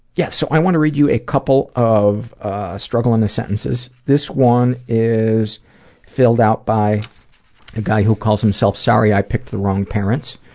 yeah, so i wanna read you a couple of struggle in a sentences. this one is filled out by a guy who calls himself sorry i picked the wrong parents.